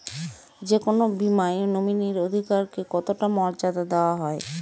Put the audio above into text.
যে কোনো বীমায় নমিনীর অধিকার কে কতটা মর্যাদা দেওয়া হয়?